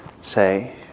say